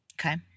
Okay